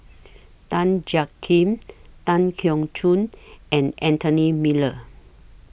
Tan Jiak Kim Tan Keong Choon and Anthony Miller